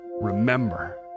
remember